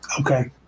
okay